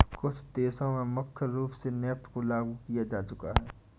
कुछ देशों में मुख्य रूप से नेफ्ट को लागू किया जा चुका है